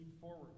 forward